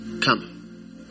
Come